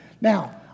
Now